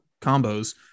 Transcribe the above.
combos